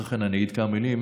אחרי כן אני אגיד כמה מילים,